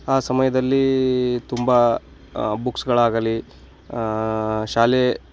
ಆ ಸಮಯದಲ್ಲಿ ತುಂಬ ಬುಕ್ಸ್ಗಳಾಗಲಿ ಶಾಲೆ